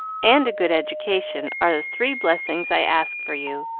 and a good education are the three blessings i ask for you,